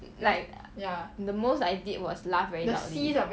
like the most I did was laugh very loudly